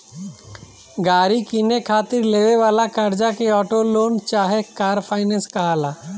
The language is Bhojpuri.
गाड़ी किने खातिर लेवे वाला कर्जा के ऑटो लोन चाहे कार फाइनेंस कहाला